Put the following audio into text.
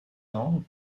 ans